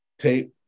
tape